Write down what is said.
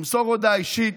למסור הודעה אישית",